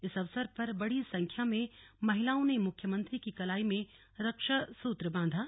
इस अवसर पर बड़ी संख्या में महिलाओं ने मुख्यमंत्री की कलाई में रक्षा सुत्र बांधा